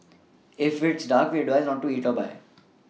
if it's dark we advise not to eat or buy